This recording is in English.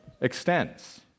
extends